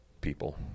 people